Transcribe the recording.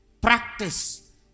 Practice